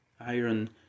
iron